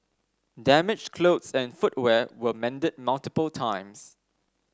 damaged clothes and footwear were mended multiple times